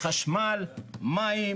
כל הממשלות החל מראש הממשלה,